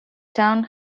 town